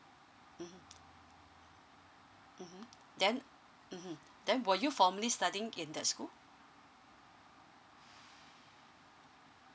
mmhmm mmhmm then mmhmm then were you formerly studying in that school